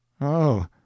Oh